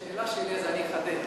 את השאלה שלי, אז אני אחדד.